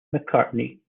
mccartney